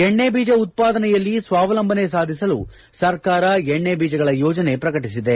ಎಣ್ಣೆ ಬೀಜ ಉತ್ತಾದನೆಯಲ್ಲಿ ಸ್ತಾವಲಂಬನೆ ಸಾಧಿಸಲು ಸರ್ಕಾರ ಎಣ್ಣೆ ಬೀಜಗಳ ಯೋಜನೆ ಪ್ರಕಟಿಸಿದೆ